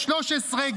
13,